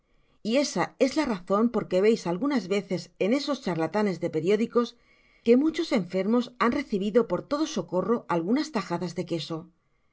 y esa es la razon porque veis algunas veces en e os charlatanes de periódicos que muchos enfermos han recibido por todo socorro algunas tajadas de queso